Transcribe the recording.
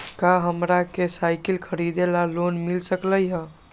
का हमरा के साईकिल खरीदे ला लोन मिल सकलई ह?